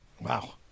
Wow